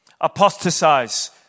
apostatize